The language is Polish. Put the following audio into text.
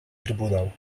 trybunał